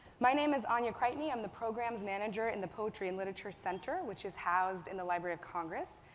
my name is anya creightney. i'm the programs manager in the poetry and literature center which is housed in the library of congress.